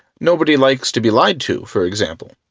nobody likes to be lied to, for example.